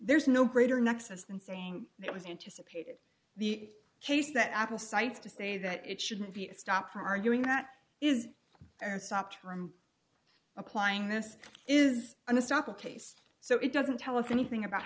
there's no greater nexus than saying it was anticipated the case that apple sites to say that it shouldn't be stopped for arguing that is stopped from applying this is going to stop a case so it doesn't tell us anything about